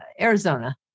arizona